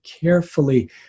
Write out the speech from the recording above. carefully